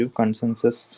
consensus